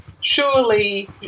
Surely